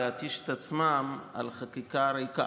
להתיש את עצמם על חקיקה ריקה.